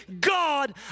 god